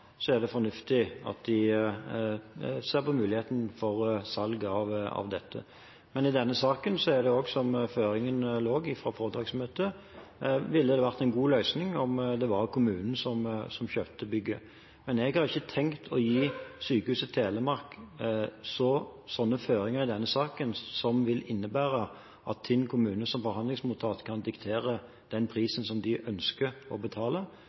er det fornuftig at de ser på muligheten for salg av dette. Men i denne saken ville det også – slik føringen lå fra foretaksmøtet – ha vært en god løsning om det var kommunen som kjøpte bygget. Jeg har ikke tenkt å gi Sykehuset Telemark føringer i denne saken som vil innebære at Tinn kommune som forhandlingsmotpart kan diktere prisen de ønsker å betale.